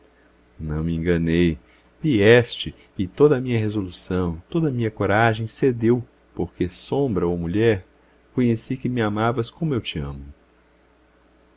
não me enganei vieste e toda a minha resolução toda a minha coragem cedeu porque sombra ou mulher conheci que me amavas como eu te amo